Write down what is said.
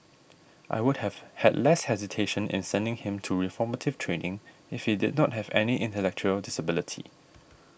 I would have had less hesitation in sending him to reformative training if he did not have any intellectual disability